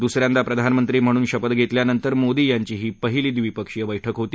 द्सऱ्यांदा प्रधानमंत्री म्हणून शपथ घेतल्यांनंतर मोदी यांची ही पहिली द्विपक्षीय बस्क होती